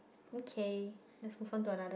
okay let's move on to another